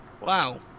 Wow